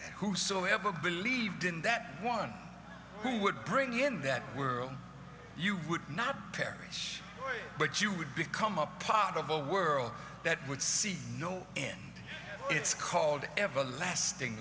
whosoever believed in that one who would bring in that world you would not perish but you would become a part of a world that would see no end it's called everlasting